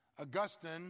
Augustine